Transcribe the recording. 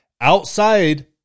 outside